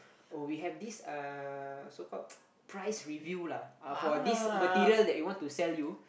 oh we have this uh so called price review lah ah for this material that we want to sell you